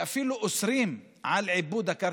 אפילו אוסרים על עיבוד הקרקע.